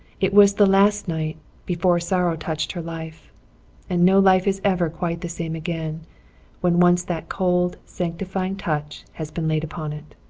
it was the last night before sorrow touched her life and no life is ever quite the same again when once that cold, sanctifying touch has been laid upon it.